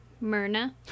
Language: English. Myrna